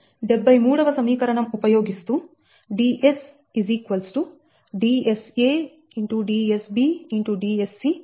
73 వ సమీకరణం ఉపయోగిస్తూ Ds Dsa